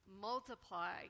multiply